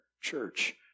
church